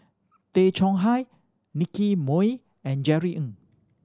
Tay Chong Hai Nicky Moey and Jerry Ng